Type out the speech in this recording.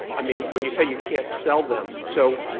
i mean, when you say you can't sell them. so,